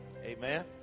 Amen